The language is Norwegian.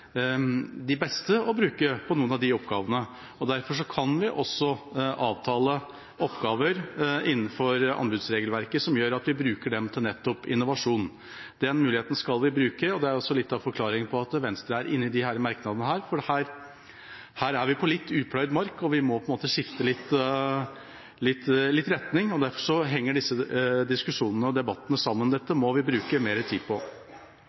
de beste å bruke til noen av de oppgavene. Dermed kan vi avtale oppgaver innenfor anbudsregelverket, sånn at vi bruker dem til nettopp innovasjon. Den muligheten skal vi bruke, og det er litt av forklaringen på at Venstre er med på disse merknadene. Her er vi på upløyd mark, og vi må skifte retning. Derfor henger disse diskusjonene sammen. Dette må vi bruke mer tid på.